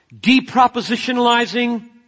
depropositionalizing